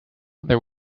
there